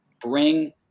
bring